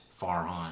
Farhan